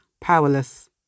powerless